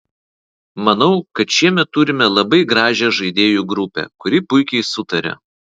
manau kad šiemet turime labai gražią žaidėjų grupę kuri puikiai sutaria